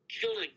killing